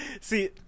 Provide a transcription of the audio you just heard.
See